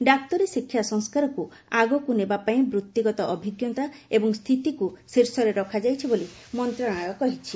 ଡାକ୍ତରୀ ଶିକ୍ଷା ସଂସ୍କାରକୁ ଆଗକୁ ନେବା ପାଇଁ ବୂଭିଗତ ଅଭିଜ୍ଞତା ଏବଂ ସ୍ଥିତିକୁ ଶୀର୍ଷରେ ରଖାଯାଇଛି ବୋଲି ସ୍ୱାସ୍ଥ୍ୟ ମନ୍ତ୍ରଣାଳୟ କହିଛି